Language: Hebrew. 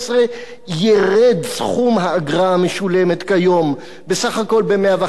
ירד סכום האגרה המשולמת כיום בסך הכול ב-111 שקלים".